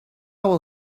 will